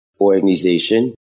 organization